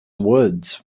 woods